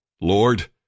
Lord